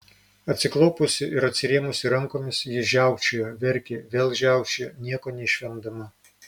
atsiklaupusi ir atsirėmusi rankomis ji žiaukčiojo verkė vėl žiaukčiojo nieko neišvemdama